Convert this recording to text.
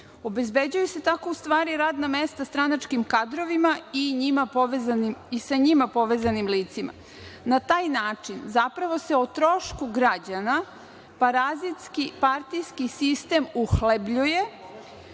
Obezbeđuju se tako u stvari radna mesta stranačkim kadrovima i sa njima povezanim licima. Na taj način zapravo se o trošku građana parazitski, partijski sistem uhlebljuje,